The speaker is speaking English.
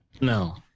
no